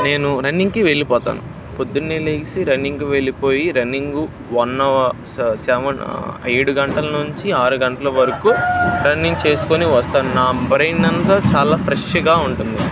నేను రన్నింగ్కి వెళ్ళిపోతాను పొద్దున్న లేచి రన్నింగ్కి వెళ్ళిపోయి రన్నింగ్ వన్ అవర్ సెవెన్ ఏడు గంటల నుంచి ఆరు గంటల వరకు రన్నింగ్ చేసుకొని వస్తాను నా బ్రెయిన్ అంతా చాలా ఫ్రెష్గా ఉంటుంది